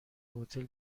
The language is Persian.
هتل